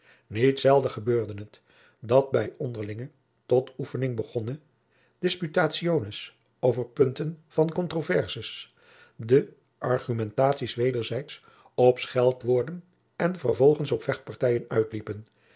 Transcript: niet zelden gebeurde het dat bij onderlinge tot oefening begonnen disputationes over punten van controvers de argumentaties wederzijds op scheldwoorden en vervolgens op vechtpartijen uitliepen